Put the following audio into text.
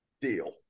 deal